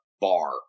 bar